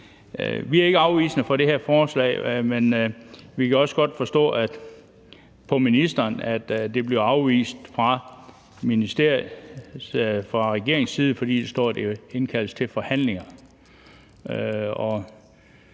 Vi er ikke afvisende over for det forslag, men vi kan forstå på ministeren, at det bliver afvist fra regeringens side, fordi der står, at der indkaldes til forhandlinger.